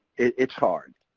it's hard.